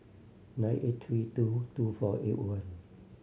nine eight three two two four eight one